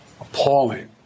appalling